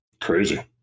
crazy